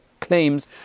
claims